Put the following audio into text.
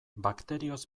bakterioz